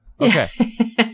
Okay